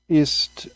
ist